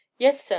yes, sir,